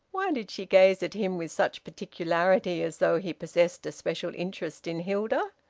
why did she gaze at him with such particularity, as though he possessed a special interest in hilda?